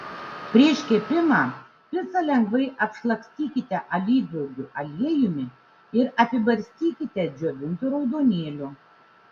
prieš kepimą picą lengvai apšlakstykite alyvuogių aliejumi ir apibarstykite džiovintu raudonėliu